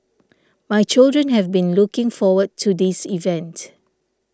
my children have been looking forward to this event